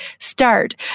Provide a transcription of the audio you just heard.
start